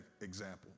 example